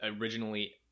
originally